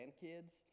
kids